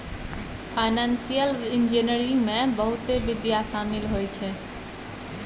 financial engineering में बहुते विधा शामिल होइ छै